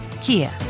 Kia